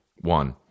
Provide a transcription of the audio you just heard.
one